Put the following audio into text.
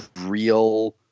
real